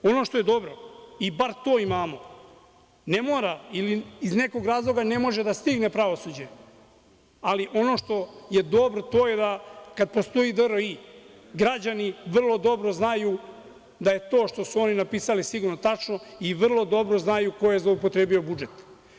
Ono što je dobro i bar to imamo, ne mora, iz nekog razloga ne može da stigne pravosuđe, kada postoji DRI građani vrlo dobro znaju da je to što su oni napisali sigurno tačno i vrlo dobro znaju ko je zloupotrebio budžet.